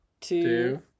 two